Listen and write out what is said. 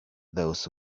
those